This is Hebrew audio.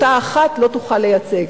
אותה אחת לא תוכל לייצג.